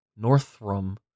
Northrum